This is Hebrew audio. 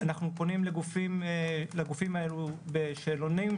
אנחנו פונים לגופים האלו בשאלונים,